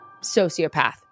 sociopath